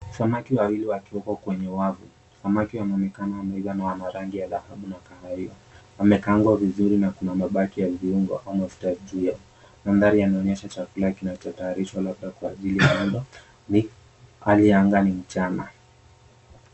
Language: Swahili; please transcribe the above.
Samaki wawili wakiwekwa kwenye wavu. Samaki wanaonekana wameiva na wana rangi ya dhahabu na kahawia, wamekaangwa vizuri na kuna mabaki ya viungo au mafuta ya kutumia. Maandhari yanaonyesha chakula kinachotayarishwa labda kwa ajili ya onda . Hali ya anga ni mchana.